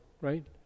right